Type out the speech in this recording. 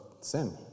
sin